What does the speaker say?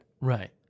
right